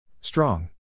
Strong